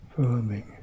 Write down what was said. firming